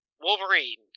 Wolverine